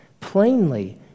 plainly